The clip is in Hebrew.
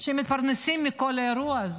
שמתפרנסים מכל האירוע הזה.